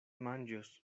manĝos